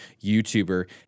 YouTuber